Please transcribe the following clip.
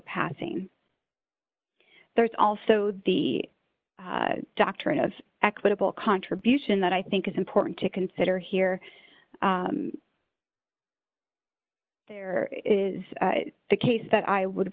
passing there's also the doctrine of equitable contribution that i think is important to consider here there is the case that i would